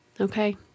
Okay